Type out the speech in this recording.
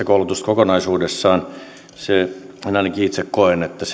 koulutusta kokonaisuudessaan ainakin itse koen että